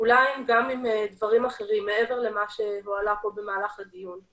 אולי גם עם דברים אחרים מעבר למה שהועלה פה במהלך הדיון.